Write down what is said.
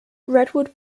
redwood